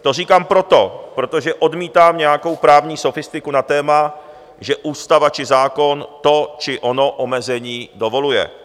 To říkám proto, protože odmítám nějakou právní sofistiku na téma, že ústava či zákon to či ono omezení dovoluje.